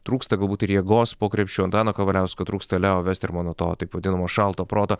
trūksta galbūt ir jėgos po krepšiu antano kavaliausko trūksta leo vestermano to taip vadinamo šalto proto